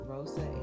Rosa